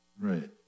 Right